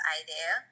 idea